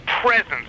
presence